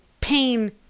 pain